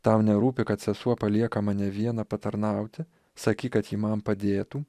tau nerūpi kad sesuo palieka mane vieną patarnauti sakyk kad ji man padėtų